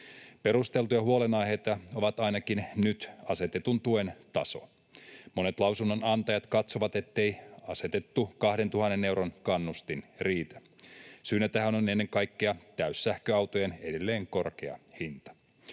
Perusteltuja huolenaiheita ovat ainakin nyt asetetun tuen taso. Monet lausunnonantajat katsovat, ettei asetettu 2 000 euron kannustin riitä. Syynä tähän on ennen kaikkea täyssähköautojen edelleen korkea hinta.